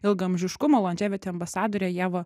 ilgaamžiškumo londževity ambasadorę ievą